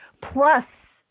plus